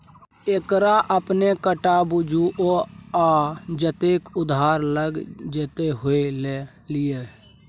एकरा अपने टका बुझु बौआ जतेक उधार लए क होए ल लिअ